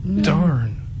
darn